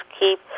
keep